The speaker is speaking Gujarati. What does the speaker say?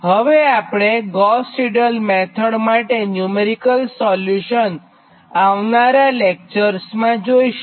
હવેઆપણે ગોસ સિડલ મેથડ માટે ન્યુમેરિકલ સોલ્યુશન આવનારા લેક્ચર્સમાં જોઇશું